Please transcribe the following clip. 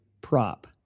prop